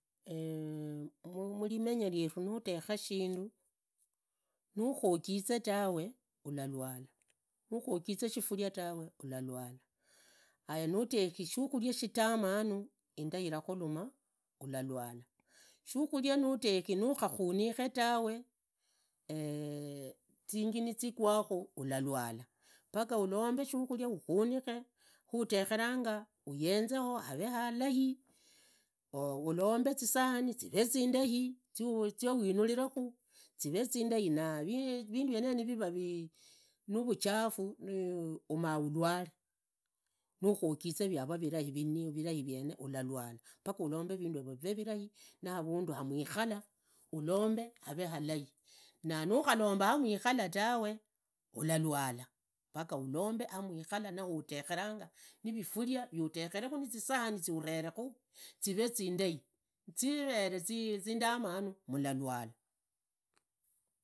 Murimenya ryeru nikhuteriha shindu, nakhujize tawe ulawala, nukhojize shifulia tawe ulawala, haya nuterihi shikhulia shitamana inda ilakhuluma ulalwala, shukhulia nuterihi nukhaknunikha tawe zinjini nizikwakhu ulawala paka ulombe shikhuria ukhuninhe hutekheranga uhenzeho haree halai, ulombe zisaani zireezindai, ziwinunirakhu ziwezindai na vindu vyenero viva nuvuchafu umulwale, nukhuogiza vivee vilai viene alalwala, ulombe vindu yevo vivee vilai na avundu hamwikhala ulombe havee halai na nukhalombe amwikhala tawe ulalwala paka ulombe hamwikikhala na hutekheranya nivifuria viuteriheranga na zisahani zihurerehhu ziree zindaa, zivere zindamanu mulalwala.